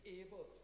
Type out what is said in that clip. able